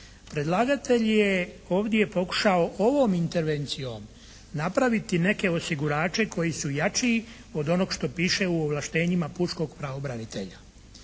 Predlagatelj je ovdje pokušao ovom intervencijom napraviti neke osigurače koji su jači od onog što piše u ovlaštenjima pučkog pravobranitelja.